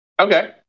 Okay